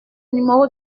numéro